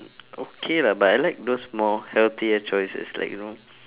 okay lah but I like those more healthier choices like you know